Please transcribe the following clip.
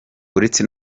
uretse